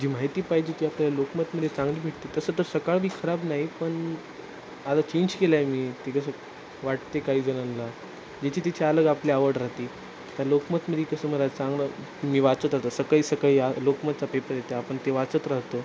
जी माहिती पाहिजे आहे ती आपल्याला लोकमतमध्ये चांगली भेटते आहे तसं तर सकाळ बी खराब नाही पण आता चेंज केला आहे मी ती कसं वाटते आहे काही जणाला ज्याची त्याची अलग आपली आवड राहत आहे आता लोकमतमध्ये कसं मला चांगलं मी वाचत होतो सकाळी सकाळी या लोकमतचा पेपर येते आहे आपण ते वाचत राहतो